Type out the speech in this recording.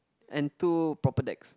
and two proper decks